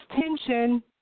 tension